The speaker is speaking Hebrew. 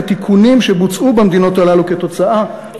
התיקונים שבוצעו במדינות הללו כתוצאה מהפקת לקחים.